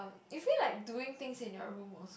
you feel like doing things in your room more